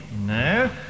No